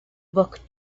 book